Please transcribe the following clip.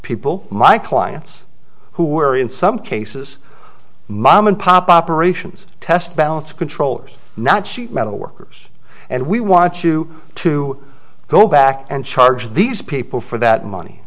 people my clients who are in some cases mom and pop operations test balance controllers not sheet metal workers and we want you to go back and charge these people for that money